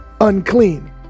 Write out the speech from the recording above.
unclean